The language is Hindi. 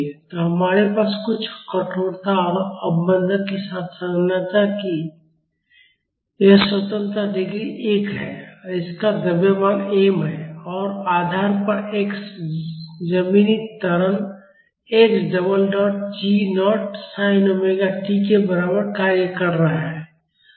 तो हमारे पास कुछ कठोरता और अवमंदन के साथ संरचना की यह स्वतंत्रता डिग्री एक है और इसका द्रव्यमान m है और आधार पर x जमीनी त्वरण x double dot g naught sin omega t के बराबर कार्य कर रहा है